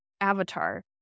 avatar